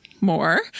more